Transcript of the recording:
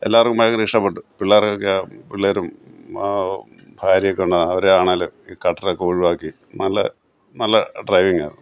എല്ലാവർക്കും ഭയങ്കര ഇഷ്ടപ്പെട്ടു പിള്ളേർക്കൊക്കെ പിള്ളേരും ഭാര്യയൊക്കെ ഉണ്ടായിരുന്നു അവരെ ആണേലും ഈ ഖട്ടറൊക്കെ ഒഴിവാക്കി നല്ല നല്ല ഡ്രൈവിങ് ആയിരുന്നു